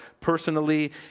personally